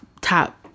top